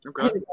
Okay